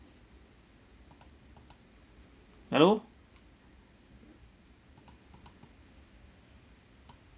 hello